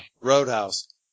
Roadhouse